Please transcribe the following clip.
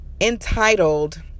entitled